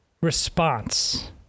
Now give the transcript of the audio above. response